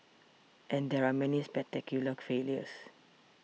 and there are many spectacular failures